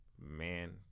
man